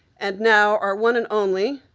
and now, our one and only,